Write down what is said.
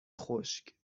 خشک